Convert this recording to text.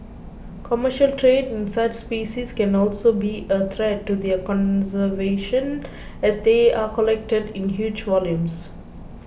commercial trade in such species can also be a threat to their conservation as they are collected in huge volumes